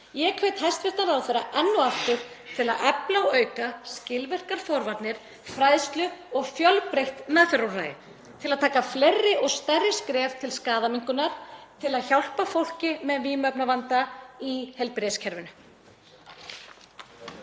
Ég hvet hæstv. ráðherra enn og aftur til að efla og auka skilvirkar forvarnir, fræðslu og fjölbreytt meðferðarúrræði, til að taka fleiri og stærri skref til skaðaminnkunar til að hjálpa fólki með vímuefnavanda í heilbrigðiskerfinu.